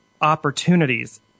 opportunities